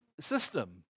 system